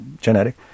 genetic